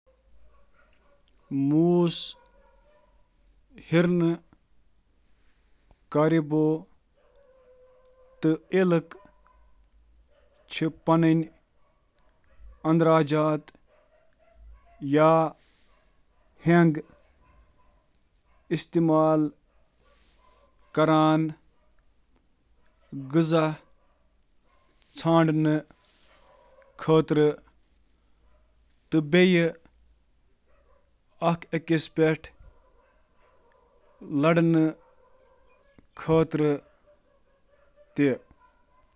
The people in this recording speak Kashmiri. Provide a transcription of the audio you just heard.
گرمی نِش بچُن، آب محفوظ کرُن، چربی ذخیرٕ کرُن، انسولیٹنگ بے تے وارے چیز۔